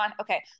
okay